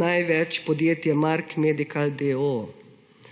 največ podjetje Mark Medical, d. o. o.